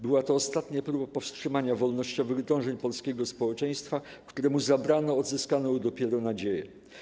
Była to ostatnia próba powstrzymania wolnościowych dążeń polskiego społeczeństwa, któremu zabrano odzyskaną dopiero nadzieję.